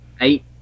eight